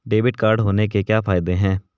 Debit card होने के क्या फायदे हैं?